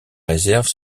réserve